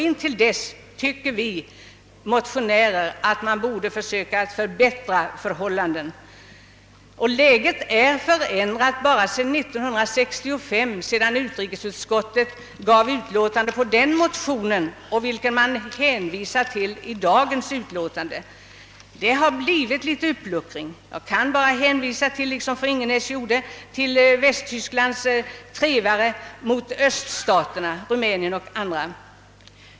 Intill dess tycker vi motionärer att man borde förbättra förhållandena. Läget har förändrats bara sedan 1965, då utrikesutskottet skrev sitt utlåtande över den motion som man hänvisar till i dagens utlåtande. Det har blivit en viss uppluckring. Jag kan bara liksom fru Renström-Ingenäs hänvisa till Västtysklands trevare mot öststaterna, t.ex. Rumänien.